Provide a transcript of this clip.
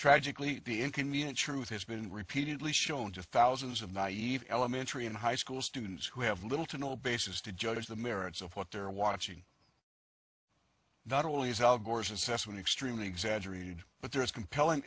tragically the inconvenient truth has been repeatedly shown to thousands of naive elementary and high school students who have little to no basis to judge the merits of what they're watching not only is al gore's assessment extremely exaggerated but there is compelling